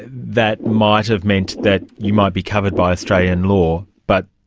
that might have meant that you might be covered by australian law, but